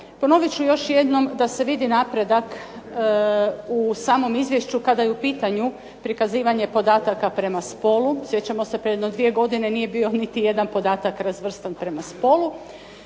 Ponovit ću još jednom da se vidi napredak u samom izvješću kada je u pitanju prikazivanje podataka prema spolu. Sjećamo se pred dvije godine nije bio niti jedan podatak razvrstan prema spolu.